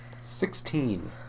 Sixteen